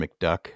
McDuck